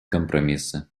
компромиссы